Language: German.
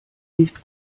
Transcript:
nicht